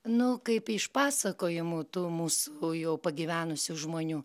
nu kaip iš pasakojimų tų mūsų jau pagyvenusių žmonių